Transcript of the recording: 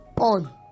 on